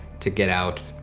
to get out,